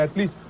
ah please.